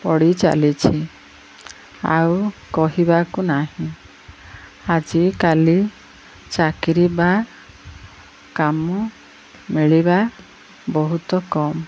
ବଢ଼ି ଚାଲିଛି ଆଉ କହିବାକୁ ନାହିଁ ଆଜିକାଲି ଚାକିରି ବା କାମ ମିଳିବା ବହୁତ କମ୍